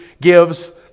gives